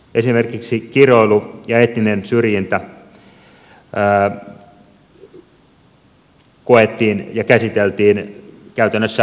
esimerkiksi kiroilu ja etninen syrjintä koettiin ja käsiteltiin käytännössä nollatoleranssilla